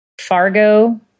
Fargo